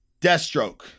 Deathstroke